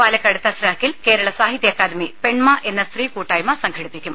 പാലക്കാട് തസ്രാക്കിൽ കേരള സാഹിത്യ അക്കാദമി പെൺമ എന്ന സ്ത്രീ കൂട്ടായ്മ സംഘടിപ്പിക്കും